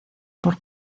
por